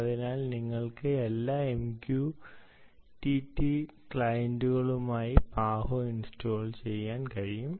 അതിനാൽ നിങ്ങൾക്ക് എല്ലാ MQTT ക്ലയന്റുകൾക്കുമായി PAHO ഇൻസ്റ്റാൾ ചെയ്യാൻ കഴിയും